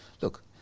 Look